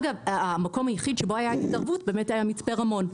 המקום היחיד שבו הייתה התערבות היה מצפה רמון.